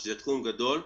שזה תחום גדול,